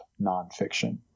nonfiction